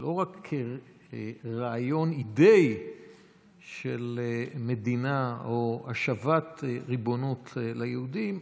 לא רק כרעיון אידיאי של מדינה או השבת ריבונות ליהודים,